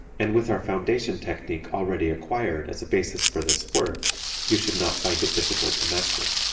and with our foundation technique already acquired as a basis for this work you should not find it difficult to master.